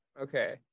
Okay